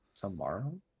tomorrow